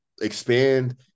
expand